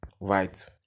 right